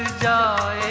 da